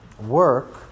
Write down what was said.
work